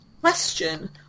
question